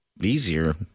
easier